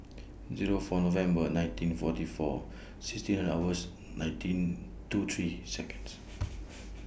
Zero four November nineteen forty four sixteen hours nineteen two three Seconds